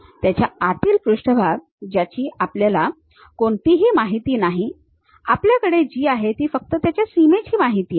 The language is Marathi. त्याच्या आतील पृष्ठभाग ज्याची आपल्याला कोणतीही माहिती नाही आपल्याकडे जी आहे ती फक्त त्याच्या सीमेची माहिती आहे